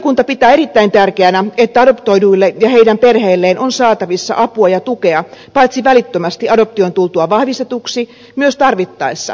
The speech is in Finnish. lakivaliokunta pitää erittäin tärkeänä että adoptoiduille ja heidän perheilleen on saatavissa apua ja tukea paitsi välittömästi adoption tultua vahvistetuksi myös tarvittaessa myöhemminkin